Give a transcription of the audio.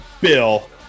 Bill